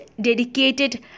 dedicated